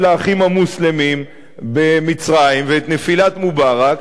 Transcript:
"האחים המוסלמים" במצרים ואת נפילת מובארק,